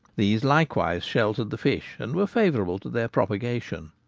these likewise sheltered the fish, and were favourable to their propagation.